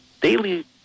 daily